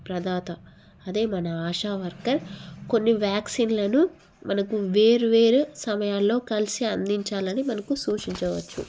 ప్రదాత అదే మన ఆశా వర్కర్ కొన్ని వ్యాక్సిన్లను మనకు వేరు వేరు సమయాలలో కలిసి అందించాలి అని మనకు సూచించవచ్చు